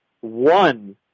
one